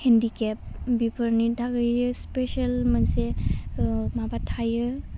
handicap बेफोरनि थाखाय special मोनसे माबा थायो